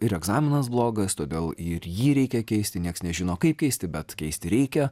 ir egzaminas blogas todėl ir jį reikia keisti nieks nežino kaip keisti bet keisti reikia